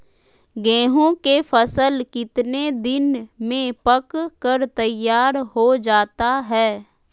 गेंहू के फसल कितने दिन में पक कर तैयार हो जाता है